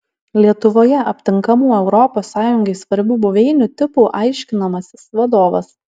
lietuvoje aptinkamų europos sąjungai svarbių buveinių tipų aiškinamasis vadovas